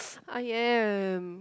I am